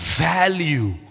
value